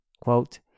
Quote